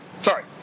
Sorry